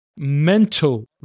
mental